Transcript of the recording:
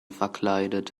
verkleidet